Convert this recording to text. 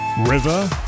River